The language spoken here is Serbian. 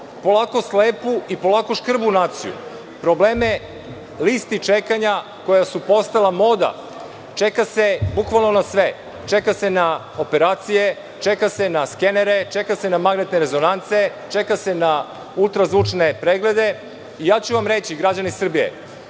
polako slepu i polako škrbu naciju. Postoje problemi na listi čekanja, koje su postale moda. Čeka se bukvalno na sve. Čeka se na operacije. Čeka se na skenere. Čeka se na magnetne rezonance. Čeka se na ultrazvučne preglede. Reći ću vam građani Srbije